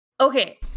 Okay